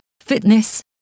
fitness